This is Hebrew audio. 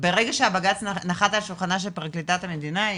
ברגע שהבג"ץ נחת על שולחנה של פרקליטת המדינה,